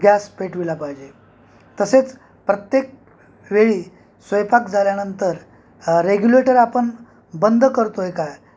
gas पेटविला पाहिजे तसेच प्रत्येक वेळी स्वयपाक झाल्यानंतर रेग्युलेटर आपण बंद करतो आहे का